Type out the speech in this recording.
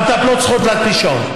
והמטפלות צריכות להחתים שעון,